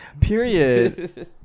Period